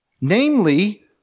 Namely